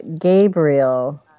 Gabriel